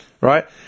right